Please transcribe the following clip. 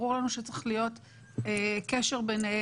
ברור לנו שצריך להיות קשר ביניהם,